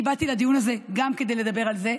אני באתי לדיון הזה גם כדי לדבר על זה,